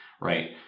Right